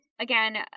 Again